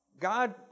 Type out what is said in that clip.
God